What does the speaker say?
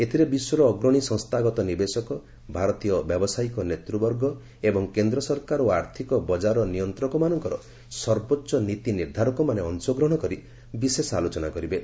ଏଥିରେ ବିଶ୍ୱର ଅଗ୍ରଣୀ ସଂସ୍ଥାଗତ ନିବେଶକ ଭାରତୀୟ ବ୍ୟାବସାୟିକ ନେତୃବର୍ଗ ଏବଂ କେନ୍ଦ୍ର ସରକାର ଓ ଆର୍ଥକ ବଜାର ନିୟନ୍ତ୍ରକମାନଙ୍କର ସର୍ବୋଚ୍ଚ ନୀତି ନିର୍ଦ୍ଧାରକମାନେ ଅଂଶଗ୍ରହଣ କରି ବିଶେଷ ଆଲୋଚନା କରିବେ